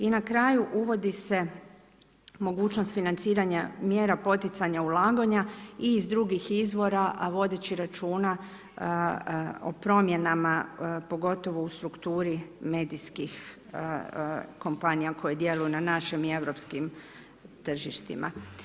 I na kraju uvodi se mogućnost financiranja mjera poticanja ulaganja i iz drugih izvora, a vodeći računa o promjenama, pogotovo u strukturi medijskih kompanija u kojoj djeluju na našim i Europskim tržištima.